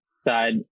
side